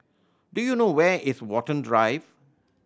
do you know where is Watten Drive